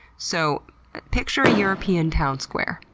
so picture a european town square.